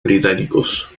británicos